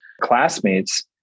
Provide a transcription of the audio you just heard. classmates